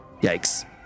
Yikes